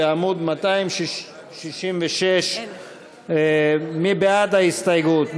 בעמוד 266. מי בעד ההסתייגות?